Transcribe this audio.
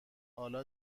حالا